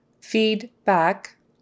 Feedback